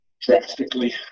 drastically